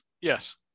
Yes